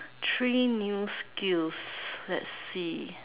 three new skills let's see